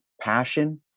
passion